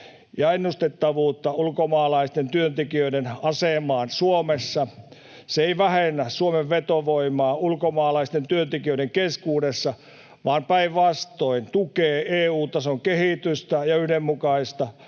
ja ennustettavuutta ulkomaalaisten työntekijöiden asemaan Suomessa. Se ei vähennä Suomen vetovoimaa ulkomaalaisten työntekijöiden keskuudessa, vaan päinvastoin tukee EU-tason kehitystä ja yhdenmukaistaa